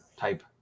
Type